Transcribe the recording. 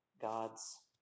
God's